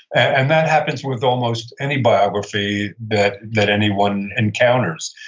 and that happens with almost any biography that that anyone encounters.